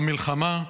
המלחמה,